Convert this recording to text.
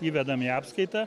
įvedam į apskaitą